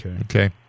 Okay